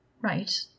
Right